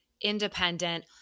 independent